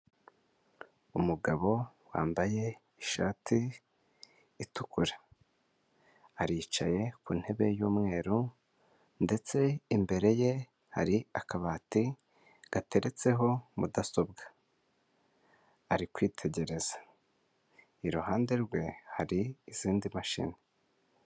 Umugabo wambaye ishati itukura, aricaye ku ntebe y'umweru ndetse imbere ye hari akabati gateretseho mudasobwa, ari kwitegereza. Iruhande rwe hari izindi mashini.